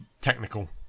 technical